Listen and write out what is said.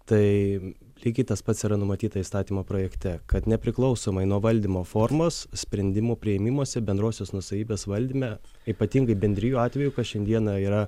tai lygiai tas pats yra numatyta įstatymo projekte kad nepriklausomai nuo valdymo formos sprendimų priėmimuose bendrosios nuosavybės valdyme ypatingai bendrijų atveju kas šiandieną yra